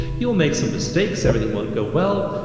you will make some mistakes. everything won't go well.